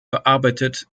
bearbeitet